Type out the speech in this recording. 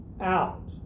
out